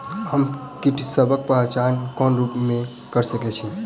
हम कीटसबक पहचान कोन रूप सँ क सके छी?